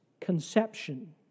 conception